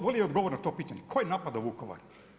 Volio bi odgovor na to pitanje, tko je napadao Vukovar?